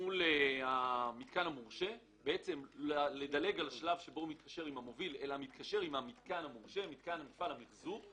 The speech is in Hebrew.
יתקשר למתקן המורשה, למתקן מפעל המחזור,